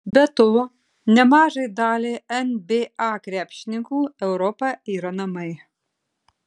be to nemažai daliai nba krepšininkų europa yra namai